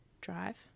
drive